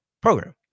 program